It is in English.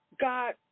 God